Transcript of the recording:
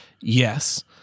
yes